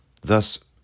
Thus